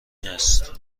است